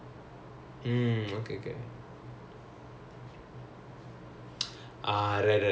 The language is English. um because all my additional use are cater to my other major right